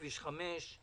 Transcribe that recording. בכביש 5?